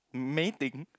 mating